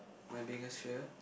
my biggest fear